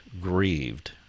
grieved